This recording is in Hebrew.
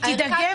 היא תידגם וזה